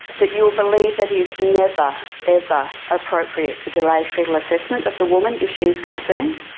that you'll believe that it's never, ever appropriate to delay foetal assessment of the woman if she's concerned.